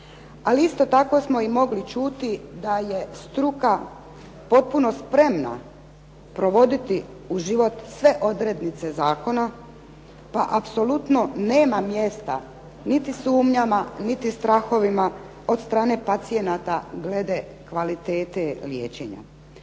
Ali isto tako smo i mogli čuti, da je struka potpuno spremna provoditi u život sve odrednice zakona, pa apsolutno nema mjesta niti sumnjama, niti strahovima od strane pacijenata glede kvalitete liječenja.